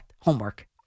homework